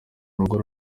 urugo